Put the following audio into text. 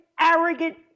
arrogant